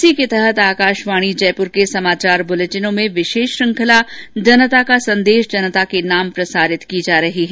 इसी के तहत आकाशवाणी जयपुर के समाचार बुलेटिनों में विशेष श्रृंखला जनता का संदेश जनता के नाम प्रसारित की जा रही है